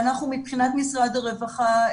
מבחינת משרד הרווחה,